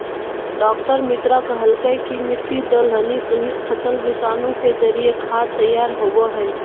डॉ मित्रा कहलकय कि मिट्टी, दलहनी सहित, फसल विषाणु के जरिए खाद तैयार होबो हइ